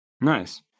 Nice